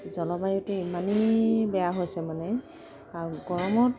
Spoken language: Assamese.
জলবায়ুটো ইমানেই বেয়া হৈছে মানে আৰু গৰমত